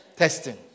testing